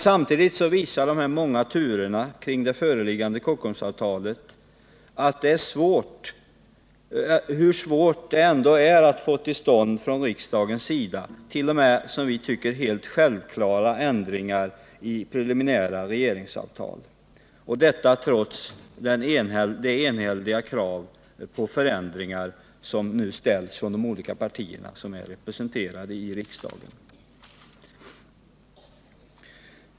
Samtidigt visar de många turerna kring det föreliggande Kockumsavtalet hur svårt det ändå är att från riksdagens sida få till stånd t.o.m. som vitycker helt självklara ändringar i preliminära regeringsavtal — detta trots det enhälliga krav på förändringar som nu ställs från de olika partier som är representerade i riksdagen.